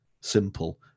simple